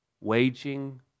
waging